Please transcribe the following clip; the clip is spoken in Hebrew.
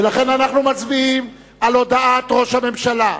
לכן אנחנו מצביעים על הודעת ראש הממשלה,